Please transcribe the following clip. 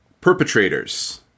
perpetrators